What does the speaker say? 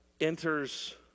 enters